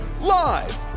live